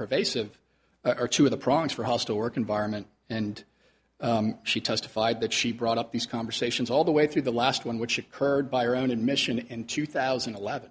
pervasive are two of the problems for hostile work environment and she testified that she brought up these conversations all the way through the last one which occurred by her own admission in two thousand and eleven